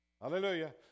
Hallelujah